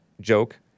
joke